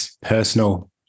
personal